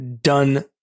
done